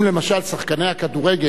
אם למשל שחקני הכדורגל,